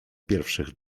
pierwszych